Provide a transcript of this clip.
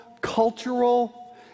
cultural